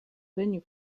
venue